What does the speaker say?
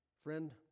Friend